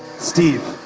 steve,